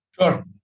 Sure